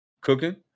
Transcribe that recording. cooking